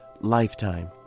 Lifetime